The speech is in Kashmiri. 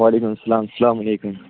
وعلیکُم اسلام اسلام علیکُم